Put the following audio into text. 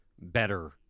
better